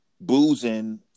boozing